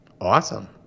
Awesome